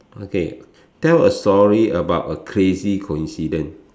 okay tell a story about a crazy coincidence